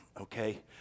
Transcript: okay